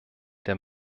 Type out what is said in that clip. der